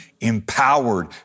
empowered